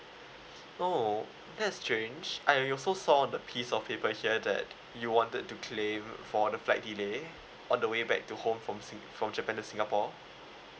oh that's strange I also saw on the piece of paper here that you wanted to claim for the flight delay on the way back to home from sing from japan to singapore